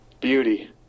Beauty